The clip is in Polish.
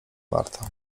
marta